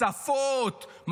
שפות,